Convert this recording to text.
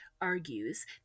Argues